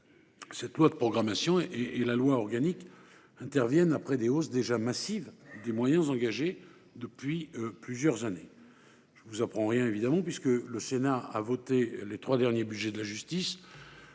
de loi de programmation et ce projet de loi organique interviennent après les hausses déjà massives des moyens engagées depuis plusieurs années. Mais je ne vous apprends sans doute rien, puisque le Sénat a voté les trois derniers budgets de la justice.